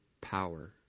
power